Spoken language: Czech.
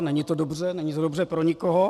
Není to dobře, není to dobře pro nikoho.